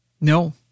No